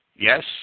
Yes